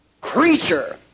creature